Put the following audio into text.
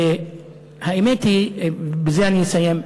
והאמת היא, בזה אני אסיים,